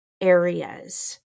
areas